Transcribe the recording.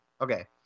Okay